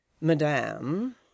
Madame